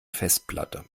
festplatte